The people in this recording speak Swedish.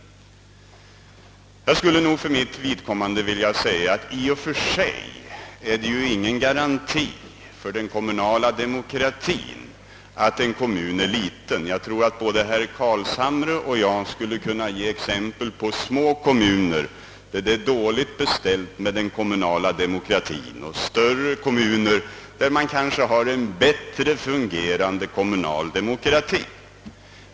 Jag skulle för mitt vidkommande vilja säga att det i och för sig inte är någon garanti för den kommunala demokratin att en kommun är liten. Jag tror att både herr Carlshamre och jag kan ge exempel på små kommuner, där det är dåligt beställt med den kommunala demokratin, och på större kommuner, som har en bättre fungerande kommunaldemokrati.